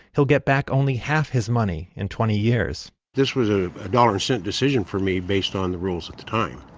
he'll get back only half his money in twenty years this was a dollar and cent decision for me, based on the rules at the time,